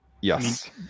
Yes